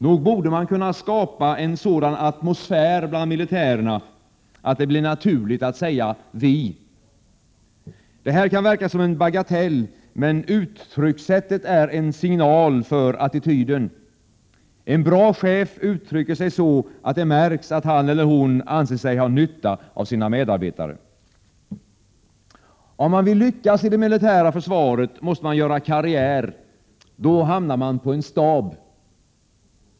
Nog borde man kunna skapa en atmosfär bland militärer som gör det naturligt att säga ”vi”. Det här kan tyckas vara en bagatell, men uttryckssättet är en signal för attityden. En bra chef uttrycker sig så att det märks att han eller hon anser sig har nytta av sina medarbetare. Om man vill lyckas i det militära försvaret måste man göra karriär. Då hamnar man på en stab.